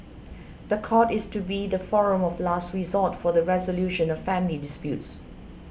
the court is to be the forum of last resort for the resolution of family disputes